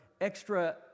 extra